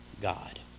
God